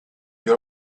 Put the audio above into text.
you